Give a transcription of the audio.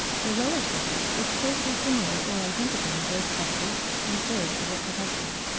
the lower surface is closely similar or identical in both sexes, and serves as a protection.